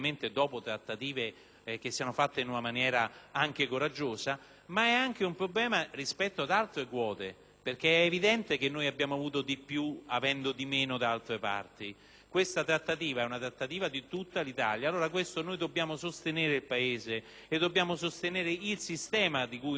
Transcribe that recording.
trattative fatte in maniera anche coraggiosa), ma anche un problema rispetto ad altre quote, perché è evidente che noi abbiamo avuto di più avendo di meno da altre parti. Questa trattativa è di tutta l'Italia. Noi allora dobbiamo sostenere il Paese e dobbiamo sostenere il sistema che noi rappresentiamo